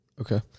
okay